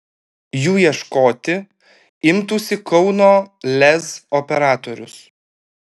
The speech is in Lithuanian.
jų ieškoti imtųsi kauno lez operatorius